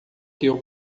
que